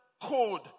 code